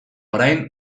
orain